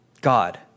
God